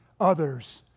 others